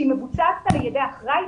שמבוצעת על ידי אחראי,